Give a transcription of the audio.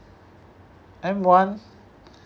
M_one uh